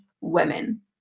women